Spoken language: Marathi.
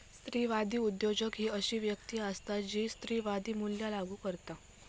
स्त्रीवादी उद्योजक ही अशी व्यक्ती असता जी स्त्रीवादी मूल्या लागू करता